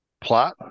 plot